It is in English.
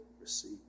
receive